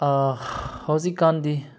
ꯍꯧꯖꯤꯛꯀꯥꯟꯗꯤ